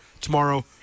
tomorrow